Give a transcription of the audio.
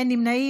אינו נוכח,